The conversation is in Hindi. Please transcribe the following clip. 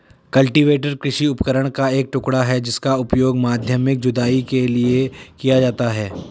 कल्टीवेटर कृषि उपकरण का एक टुकड़ा है जिसका उपयोग माध्यमिक जुताई के लिए किया जाता है